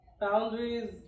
boundaries